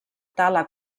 tala